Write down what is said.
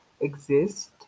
exist